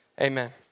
amen